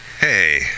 Hey